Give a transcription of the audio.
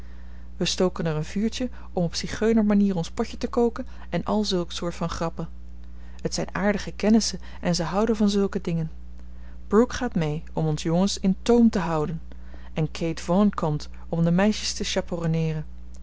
we stoken er een vuurtje om op zigeunermanier ons potje te koken en al zulk soort van grappen het zijn aardige kennissen en ze houden van zulke dingen brooke gaat mee om ons jongens in toom te houden en kate vaughn komt om de meisjes te